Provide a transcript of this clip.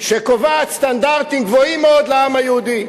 שקובעת סטנדרטים גבוהים מאוד לעם היהודי.